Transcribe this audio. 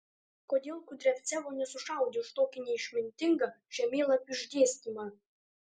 kodėl kudriavcevo nesušaudė už tokį neišmintingą žemėlapių išdėstymą